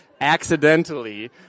accidentally